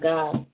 God